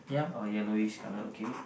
oh yellowish colour okay